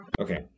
Okay